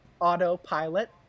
autopilot